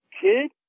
kid